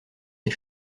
ses